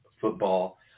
football